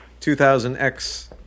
2000X